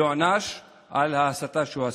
ייענש על ההסתה שהוא עשה.